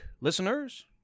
listeners